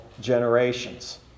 generations